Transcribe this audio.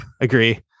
Agree